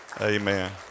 Amen